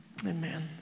Amen